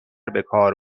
بکار